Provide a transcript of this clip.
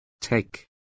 Take